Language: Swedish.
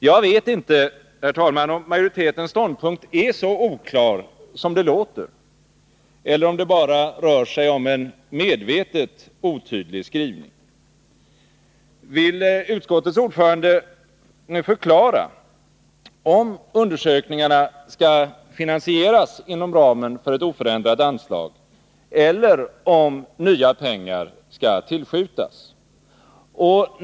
Jag vet inte, herr talman, om majoritetens ståndpunkt är så oklar som det låter, eller om det bara rör sig om en medvetet otydlig skrivning. Vill utskottets ordförande nu förklara om undersökningarna skall finansieras inom ramen för ett oförändrat anslag eller om nya pengar skall tillskjutas?